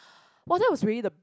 !wah! then was really the